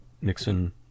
nixon